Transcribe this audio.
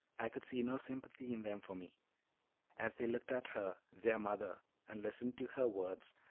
i could see no sympathy in them for me as they looked at her their mother and listened to her words,